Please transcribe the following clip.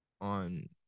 on